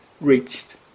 reached